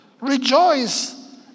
Rejoice